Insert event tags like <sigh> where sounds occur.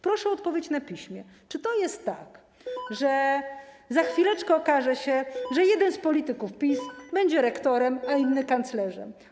Proszę o odpowiedz na piśmie: Czy to jest tak, <noise> że za chwileczkę okaże się, że jeden z polityków PiS będzie rektorem, a inny kanclerzem?